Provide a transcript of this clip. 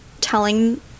telling